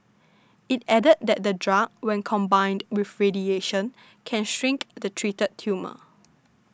it added that the drug when combined with radiation can shrink the treated tumour